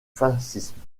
fascisme